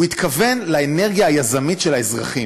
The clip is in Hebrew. הוא התכוון לאנרגיה היזמית של האזרחים.